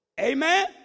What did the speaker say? Amen